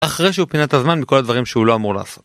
אחרי שהוא פינת הזמן מכל הדברים שהוא לא אמור לעשות.